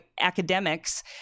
academics